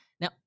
Now